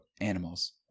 animals